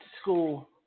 school